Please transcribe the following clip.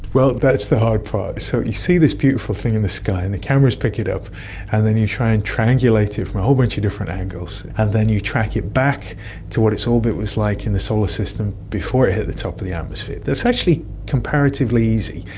well, that's the hard part. so you see this beautiful thing in the sky and the cameras pick it up and then you try and triangulate it from a whole bunch of different angles and then you track it back to what its orbit was like in the solar system before it hit the top of the atmosphere. that's actually comparatively easy.